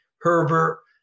Herbert